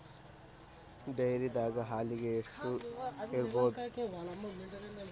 ಡೈರಿದಾಗ ಹಾಲಿಗೆ ಎಷ್ಟು ಇರ್ಬೋದ್?